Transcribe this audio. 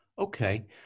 Okay